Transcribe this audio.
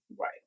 Right